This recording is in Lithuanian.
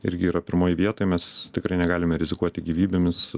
irgi yra pirmoj vietoj mes tikrai negalime rizikuoti gyvybėmis